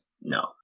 No